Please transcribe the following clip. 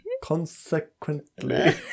consequently